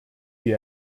die